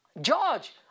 George